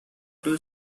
two